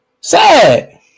Sad